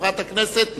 וחברת הכנסת חנין,